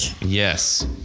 Yes